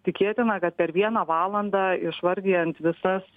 tikėtina kad per vieną valandą išvardijant visas